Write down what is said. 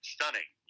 Stunning